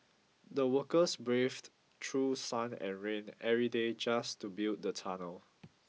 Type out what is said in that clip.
the workers braved through sun and rain every day just to build the tunnel